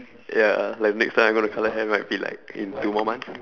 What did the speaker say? ya like next time I'm gonna colour hair might be like in two more months